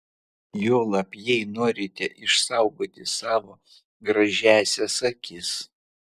juolab jei norite išsaugoti savo gražiąsias akis